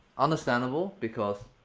understandable, because.